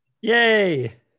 Yay